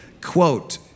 quote